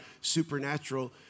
supernatural